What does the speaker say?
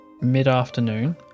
mid-afternoon